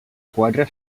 quadre